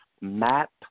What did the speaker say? map